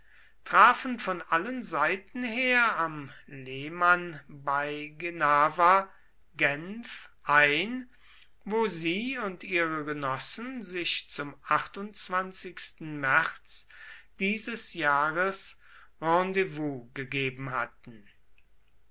trafen von allen seiten her am leman bei genava genf ein wo sie und ihre genossen sich zum märz dieses jahres rendezvous gegeben hatten